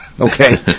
Okay